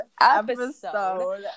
episode